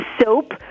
soap